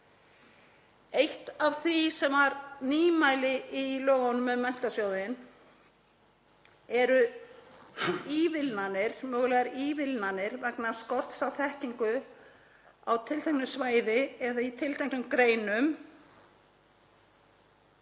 Eitt af því sem var nýmæli í lögunum um Menntasjóðinn eru ívilnanir, mögulegar ívilnanir vegna skorts á þekkingu á tilteknu svæði eða í tilteknum greinum.